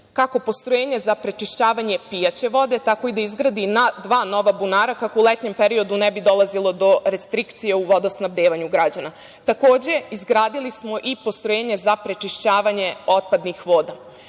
kako postrojenje za prečišćavanje pijaće vode, tako i da izgradi dva nova bunara, kako u letnjem periodu ne bi dolazilo do restrikcije u vodosnabdevanju građana. Takođe, izgradili smo i postrojenje za prečišćavanje otpadnih voda.